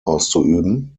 auszuüben